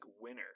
winner